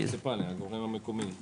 זה המוניציפלי, הגורם המקורי למעשה.